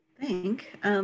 Thank